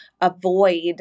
avoid